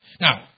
Now